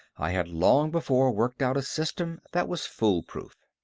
i had long before worked out a system that was fool-proof.